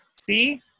See